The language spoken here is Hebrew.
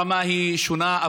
הרמה שונה,